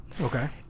Okay